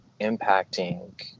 impacting